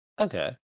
Okay